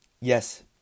Yes